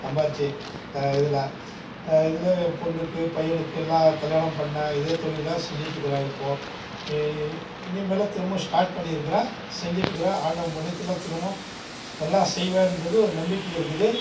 சம்பாரித்து இதில் இதிலே என் பொண்ணுக்கு பையனுக்கு எல்லாம் கல்யாணம் பண்ணிணேன் இதே தொழில் தான் செஞ்சுட்ருக்குறேன் இப்போது இனிமேலும் திரும்ப ஸ்டார்ட் பண்ணியிருக்குறேன் செஞ்சுட்ருக்குறேன் ஆண்டவன் புண்ணியத்தில் திரும்பவும் நல்லா செய்வேங்றது ஒரு நம்பிக்கை இருக்குது